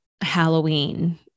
Halloween